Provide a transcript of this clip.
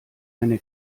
eine